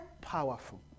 powerful